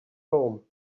home